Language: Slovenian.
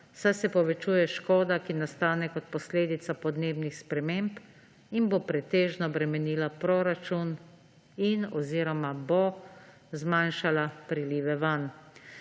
saj se povečuje škoda, ki nastane kot posledica podnebnih sprememb in bo pretežno bremenila proračun in oziroma bo zmanjšala prilive vanj.